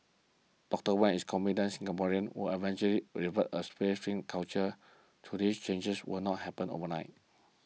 Doctor Wan is confident Singaporeans will eventually a tray culture though these changes will not happen overnight